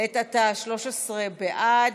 לעת עתה, 13 בעד,